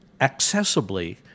accessibly